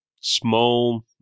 small